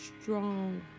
strong